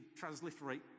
transliterate